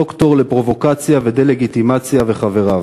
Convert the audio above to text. ד"ר לפרובוקציה ודה-לגיטימציה וחבריו.